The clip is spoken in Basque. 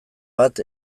bat